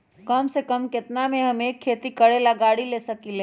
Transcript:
कम से कम केतना में हम एक खेती करेला गाड़ी ले सकींले?